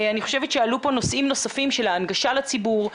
אני חושבת שעלו פה נושאים נוספים של הנגשה לציבור,